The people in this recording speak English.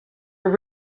were